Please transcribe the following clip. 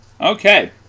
Okay